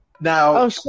Now